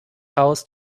house